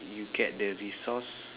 you get the resource